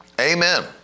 Amen